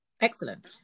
Excellent